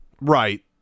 Right